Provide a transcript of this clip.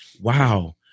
wow